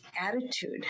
attitude